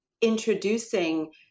introducing